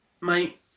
Mate